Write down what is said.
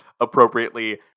appropriately